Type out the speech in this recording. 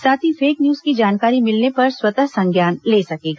साथ ही fake news की जानकारी मिलने पर स्वतः संज्ञान ले सकेगा